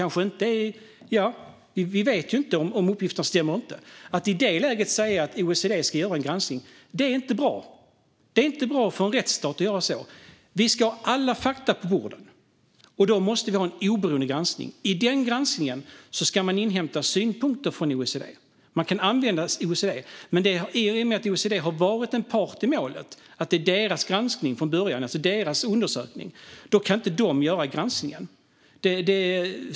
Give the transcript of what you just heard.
Vi vet inte om uppgifterna stämmer. Att i det läget säga att OECD ska göra en granskning är inte bra för en rättsstat. Vi ska ha alla fakta på bordet. Då måste det ske en oberoende granskning. I den granskningen ska man inhämta synpunkter från OECD. Men i och med att OECD har varit part i målet, det är OECD:s undersökning, kan OECD inte göra granskningen.